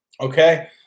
Okay